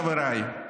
חבריי,